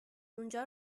اونجا